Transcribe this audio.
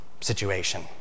situation